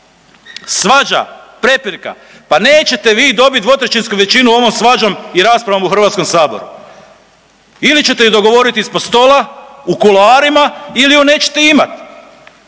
svađa, prepirka, pa nećete vi dobit 2/3 većinu ovom svađom i raspravom u Hrvatskom saboru. Ili ćete ju dogovorit ispod stola u kuloarima ili ju nećete imat.